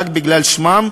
רק בגלל שמם,